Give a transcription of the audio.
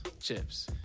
Chips